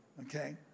Okay